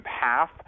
half